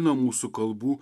nuo mūsų kalbų